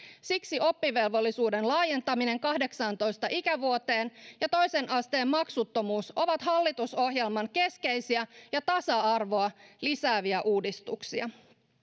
siksi oppivelvollisuuden laajentaminen kahdeksaantoista ikävuoteen ja toisen asteen maksuttomuus ovat hallitusohjelman keskeisiä ja tasa arvoa lisääviä uudistuksia